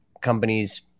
companies